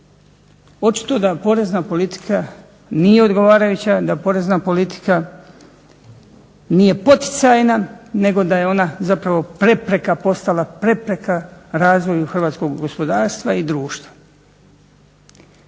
Očito da porezna politika nije odgovarajuća, da porezna politika nije poticajna nego da je ona zapravo prepreka postala, prepreka razvoju hrvatskog gospodarstva i društva.